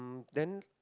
then